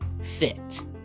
Fit